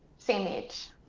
same age.